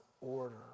order